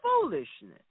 foolishness